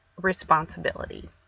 responsibility